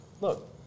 look